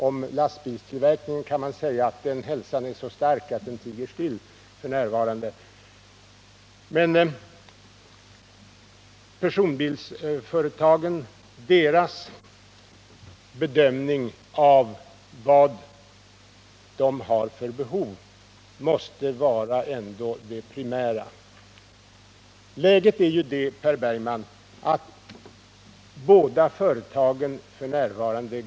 Om lastbilstillverkningen kan man säga att dess hälsa är så stark att den tiger still f. n. Personbilsföretagens egen bedömning av vad de har för behov måste som sagt vara det primära. Läget är ju det, Per Bergman, att båda företagen f. n. går bra.